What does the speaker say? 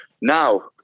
Now